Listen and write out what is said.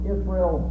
Israel